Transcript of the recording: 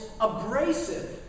abrasive